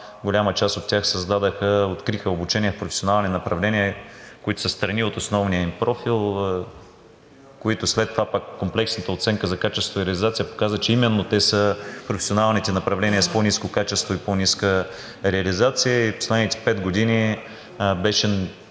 голяма част от тях създадоха, откриха обучение „Професионални направления“, които са встрани от основния им профил. След това пък комплексната оценка за качеството и реализацията показа, че именно те са професионалните направления с по-ниско качество и по-ниска реализация. Последните пет години беше